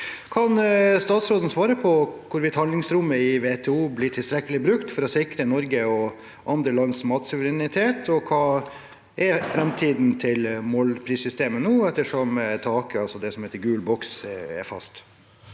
Kan statsråden svare på hvorvidt handlingsrommet i WTO blir tilstrekkelig brukt for å sikre Norge og andre lands matsuverenitet, og hva fremtiden til målprissystemet blir, ettersom taket på gul boks er fast?»